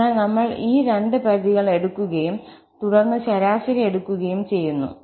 അതിനാൽ നമ്മൾ ഈ രണ്ട് പരിധികൾ എടുക്കുകയും തുടർന്ന് ശരാശരി എടുക്കുകയും ചെയ്യുന്നു